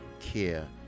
care